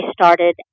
started